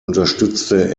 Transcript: unterstützte